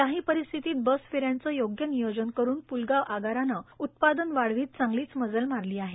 याही परिस्थितीत बसफेऱ्याचे योग्य नियोजन करुन पुलगाव आगाराने उत्पादन वाढीत चांगलीच मजल मारली आहे